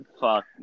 Fuck